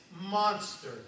monster